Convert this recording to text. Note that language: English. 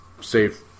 safe